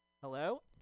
Hello